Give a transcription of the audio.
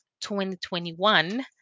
2021